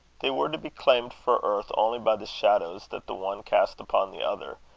they were to be claimed for earth only by the shadows that the one cast upon the other,